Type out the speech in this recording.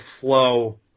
flow